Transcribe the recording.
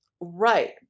right